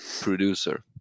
producer